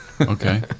Okay